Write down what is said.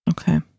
Okay